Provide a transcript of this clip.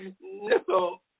no